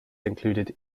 included